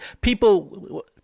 People